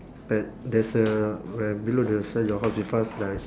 pad there's a where below the sell your house with us like